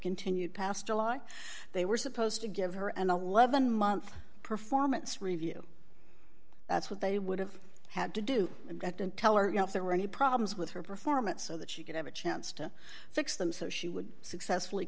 continued past july they were supposed to give her an eleven month performance review that's what they would have had to do and didn't tell or else there were any problems with her performance so that she could have a chance to fix them so she would successfully